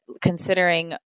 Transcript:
considering